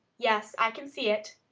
yes i can see it.